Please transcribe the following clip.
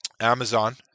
Amazon